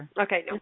Okay